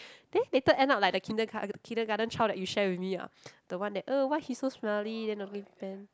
then later end up like the Kindergar~ Kindergarten child that you share with me ah the one that !ugh! why he so smelly then the